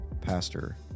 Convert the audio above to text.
pastor